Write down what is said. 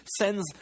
sends